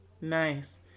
Nice